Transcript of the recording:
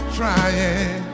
trying